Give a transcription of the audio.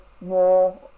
more